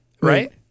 Right